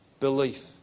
Belief